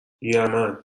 یمن